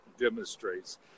demonstrates